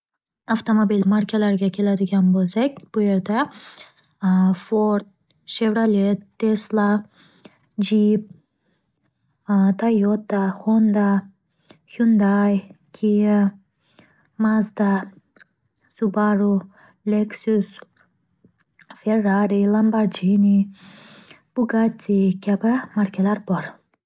Avtomobil markalariga keladigan bo'lsak, bu yerda Ford, Shevrolet, Tesla, Jip, Toyoto, Honda, Hyunday, Kia, Mazda, Subaru, Lexus, Ferrari, Lombarjini, Bugatti kabi markalar bor.